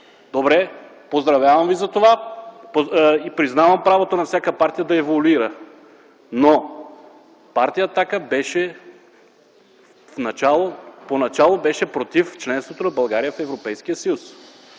добре, поздравявам ви за това и признавам правото на всяка партия да еволюира. Но Партия „Атака” поначало беше против членството на България в Европейския съюз.